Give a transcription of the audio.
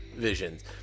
visions